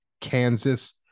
Kansas